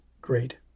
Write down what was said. great